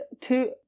two